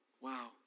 Wow